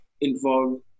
involved